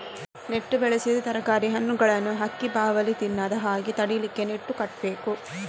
ನೆಟ್ಟು ಬೆಳೆಸಿದ ತರಕಾರಿ, ಹಣ್ಣುಗಳನ್ನ ಹಕ್ಕಿ, ಬಾವಲಿ ತಿನ್ನದ ಹಾಗೆ ತಡೀಲಿಕ್ಕೆ ನೆಟ್ಟು ಕಟ್ಬೇಕು